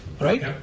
Right